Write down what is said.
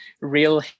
real